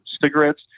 cigarettes